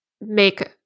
make